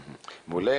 מעולה.